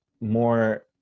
more